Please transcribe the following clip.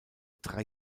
drei